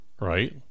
right